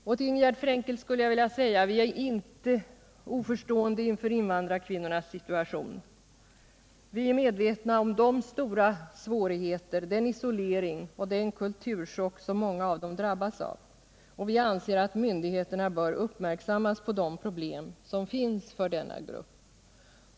Till Ingegärd Frenkel skulle jag vilja säga att vi inte är oförstående inför invandrarkvinnornas situation. Vi är medvetna om de stora svårigheter, den isolering och den kulturchock som många av dem drabbas av. Vi anser att myndigheterna bör uppmärksammas på de problem som finns för denna grupp.